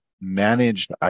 managed